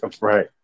Right